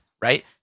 right